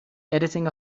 editing